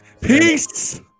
Peace